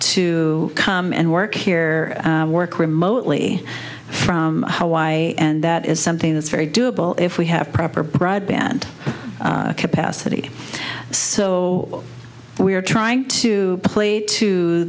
to come and work here work remotely from hawaii and that is something that's very doable if we have proper broadband capacity so we're trying to play to